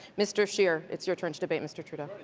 mr. scheer, it's your turn to debate mr. trudeau.